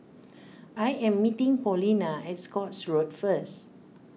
I am meeting Paulina at Scotts Road first